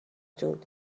تون